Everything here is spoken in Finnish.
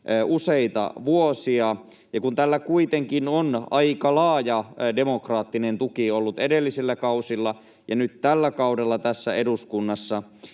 useita vuosia, ja tällä kuitenkin on aika laaja demokraattinen tuki ollut edellisillä kausilla ja nyt tällä kaudella tässä eduskunnassa.